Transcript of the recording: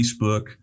Facebook